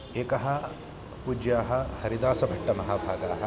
एकः पूज्याः हरिदासभट्टमहाभागाः